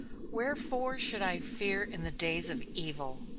wherefore should i fear in the days of evil?